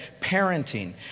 parenting